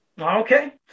Okay